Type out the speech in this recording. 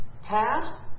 Past